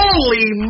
Holy